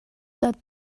that